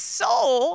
soul